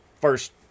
first